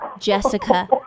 Jessica